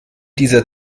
dieser